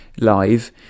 live